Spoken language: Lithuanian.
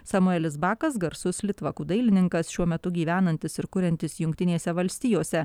samuelis bakas garsus litvakų dailininkas šiuo metu gyvenantis ir kuriantis jungtinėse valstijose